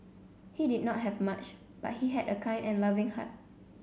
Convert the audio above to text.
he did not have much but he had a kind and loving heart